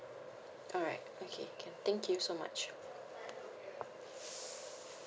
alright okay can thank you so much